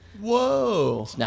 Whoa